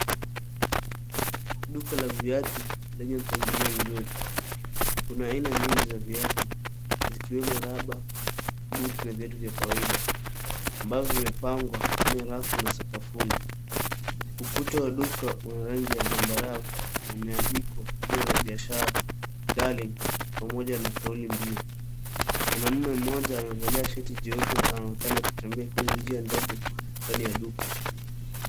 Duka la viatu lenye mpangilio mzuri. Kuna aina nyingi za viatu zikiwemo rubber, boot na viatu vya kawaida ambavyo vimepangwa kwenye rafu na sakafuni. Ukuta wa duka una rangi ya zambarau na umeandikwa jina la biashara darling pamoja na kauli mbiu. Mwanaume mmoja amevalia shati jeupe na anaonekana akitembea kwenye njia ndogo ndani ya duka.